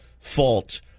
fault